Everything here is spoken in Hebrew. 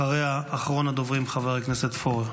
אחריה, אחרון הדוברים, חבר הכנסת פורר.